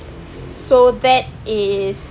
so that is